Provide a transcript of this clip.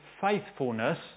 faithfulness